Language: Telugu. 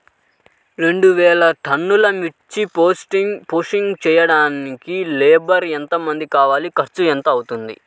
రెండు వేలు టన్నుల మిర్చి ప్రోసెసింగ్ చేయడానికి లేబర్ ఎంతమంది కావాలి, ఖర్చు ఎంత అవుతుంది?